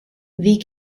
wie